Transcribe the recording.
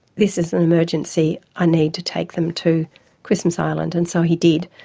this is an emergency i need to take them to christmas island. and so he did.